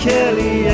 Kelly